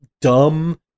dumb